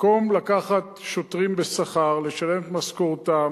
במקום לקחת שוטרים בשכר, לשלם את משכורתם,